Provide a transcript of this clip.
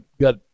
got